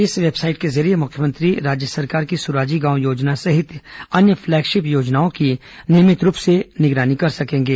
इस वेबसाइट के जरिये मुख्यमंत्री राज्य सरकार की सुराजी गांव योजना सहित अन्य फ्लैगशिप योजनाओं की नियमित मॉनिटरिंग कर सकेंगे